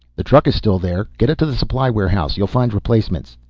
the truck is still there, get it to the supply warehouse, you'll find replacements.